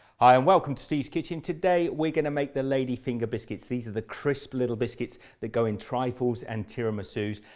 hi, and welcome to steve's kitchen. today we're going to make the lady finger biscuits these are the crisp little biscuits that go in trifles and tiramisu's.